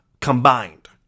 combined